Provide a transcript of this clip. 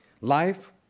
life